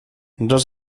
das